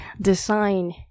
design